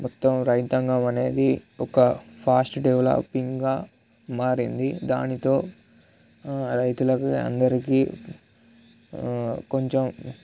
మొత్తం రైతాంగం అనేది ఒక ఫాస్ట్ డెవలపింగ్గా మారింది దానితో రైతులకు అందరికీ కొంచెం